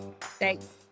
thanks